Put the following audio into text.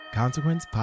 Consequence